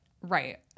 right